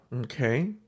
okay